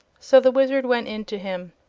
so the wizard went in to him.